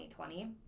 2020